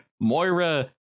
Moira